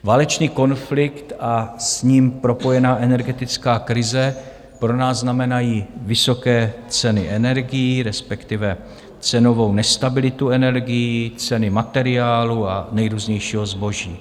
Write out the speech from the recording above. Válečný konflikt a s ním propojená energetická krize pro nás znamenají vysoké ceny energií, respektive cenovou nestabilitu energií, ceny materiálu a nejrůznějšího zboží.